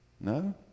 No